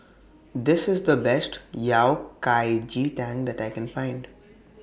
This IS The Best Yao Cai Ji Tang that I Can Find